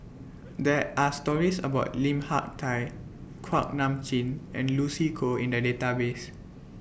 There Are stories about Lim Hak Tai Kuak Nam Jin and Lucy Koh in The Database